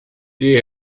die